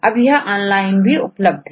अब यह ऑनलाइन भी उपलब्ध है